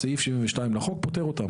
סעיף 72 לחוק, פוטר אותן.